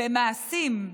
במעשים.